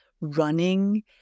running